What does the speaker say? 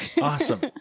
Awesome